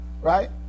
Right